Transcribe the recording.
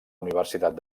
universitat